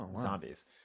Zombies